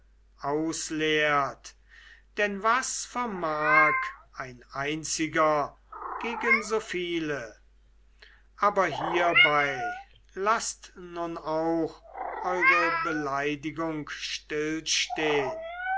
ausleert denn was vermag ein einziger gegen so viele aber hierbei laßt nun auch eure beleidigung stillstehn